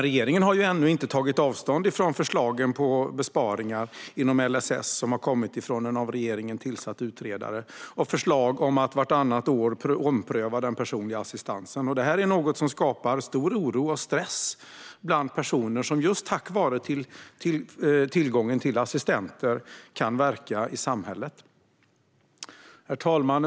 Regeringen har ännu inte tagit avstånd från förslagen om besparingar inom LSS, som har kommit från en av regeringen tillsatt utredare, och förslag om att den personliga assistansen ska omprövas vartannat år. Detta är något som skapar stor oro och stress bland personer som just tack vare tillgången till assistenter kan verka i samhället. Herr talman!